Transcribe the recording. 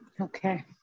Okay